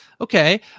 Okay